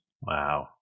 Wow